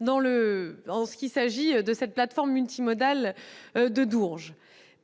cas s'agissant de cette plateforme multimodale de Dourges.